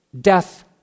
death